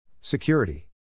Security